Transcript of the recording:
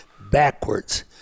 backwards